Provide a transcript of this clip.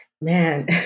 Man